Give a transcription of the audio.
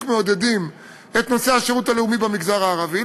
מעודדים את נושא השירות הלאומי במגזר הערבי,